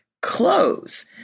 clothes